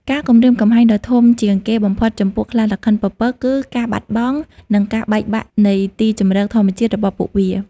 ការគំរាមកំហែងដ៏ធំជាងគេបំផុតចំពោះខ្លារខិនពពក គឺ ការបាត់បង់ និងការបែកបាក់នៃទីជម្រក ធម្មជាតិរបស់ពួកវា។